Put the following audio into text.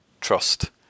trust